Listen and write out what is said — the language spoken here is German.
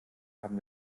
haben